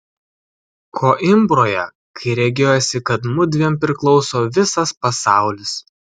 koimbroje kai regėjosi kad mudviem priklauso visas pasaulis